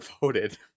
voted